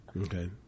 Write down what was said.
Okay